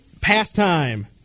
pastime